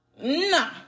nah